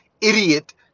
idiot